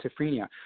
schizophrenia